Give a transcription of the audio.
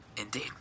indeed